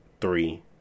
three